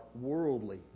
worldly